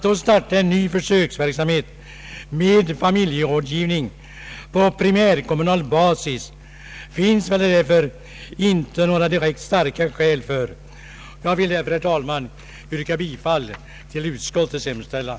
Det finns då inte några direkt starka skäl för att i detta läge starta en ny Jag ber därför, herr talman, att få yrka bifall till utskottets hemställan.